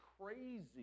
crazy